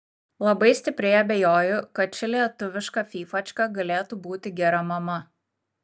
labai stipriai abejoju kad ši lietuviška fyfačka galėtų būti gera mama